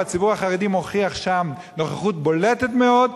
והציבור החרדי מוכיח שם נוכחות בולטת מאוד.